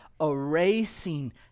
erasing